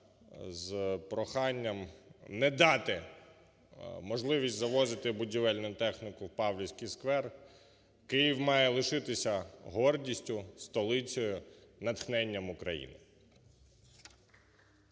з проханням не дати можливість завозити будівельну техніку в Павлівський сквер, Київ має лишитися гордістю, столицею, натхненням України.